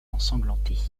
ensanglantés